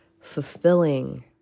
fulfilling